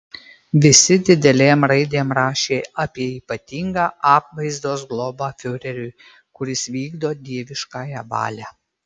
visi didelėm raidėm rašė apie ypatingą apvaizdos globą fiureriui kuris vykdo dieviškąją valią